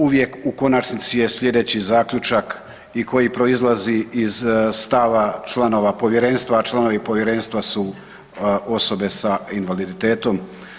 Uvijek u konačnici je slijedeći zaključak i koji proizlazi iz stava članova povjerenstava, a članovi povjerenstva su osobe sa invaliditetom.